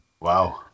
Wow